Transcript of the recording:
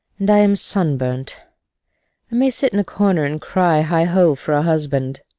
and i am sunburnt. i may sit in a corner and cry heigh-ho for a husband!